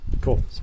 Cool